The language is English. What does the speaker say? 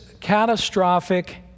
catastrophic